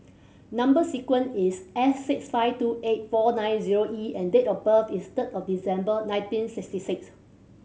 number sequence is S six five two eight four nine zero E and date of birth is third of December nineteen sixty six